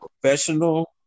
professional